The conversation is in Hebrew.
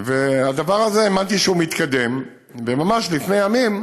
הדבר הזה, האמנתי שהוא מתקדם, וממש לפני ימים,